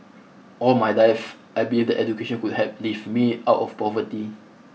all my life I believed that education could help lift me out of poverty